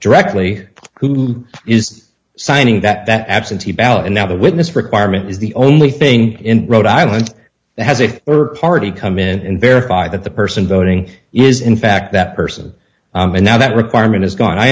directly who is signing that absentee ballot and now the witness requirement is the only thing in rhode island that has a party come in and verify that the person voting is in fact that person and now that requirement is gone i